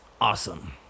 awesome